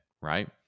right